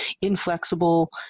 inflexible